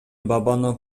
бабанов